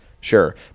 sure